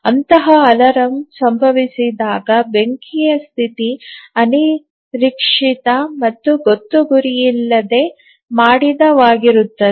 ಅಂತಹ ಅಲಾರಂ ಸಂಭವಿಸಿದಾಗ ಬೆಂಕಿಯ ಸ್ಥಿತಿ ಅನಿರೀಕ್ಷಿತ ಮತ್ತು ಗೊತ್ತುಗುರಿಯಿಲ್ಲದೆ ಮಾಡಿದ ವಾಗಿರುತ್ತದೆ